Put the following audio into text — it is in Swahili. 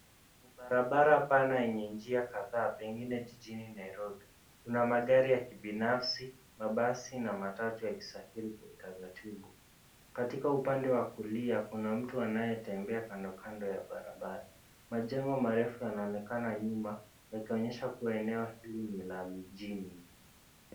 Barabara pana yenye njia kadhaa pengine jijini Nairobi, kuna magari ya kibinafsi mabasi na matatu yakisafiri kwa utaratibu. Katika upande wa kulia, kuna mtu anayetembea kando kando ya barabara. Majengo marefu yanaonekana nyuma yakionyesha kuwa eneo hili ni la mjini.